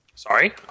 Sorry